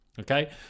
okay